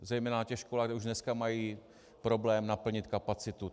Zejména na školách, kde už dneska mají problém naplnit kapacitu.